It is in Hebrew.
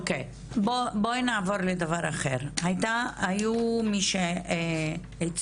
אוקי, בואי נעבור לדבר אחר, היו מי שהציעו,